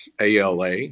ALA